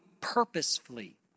purposefully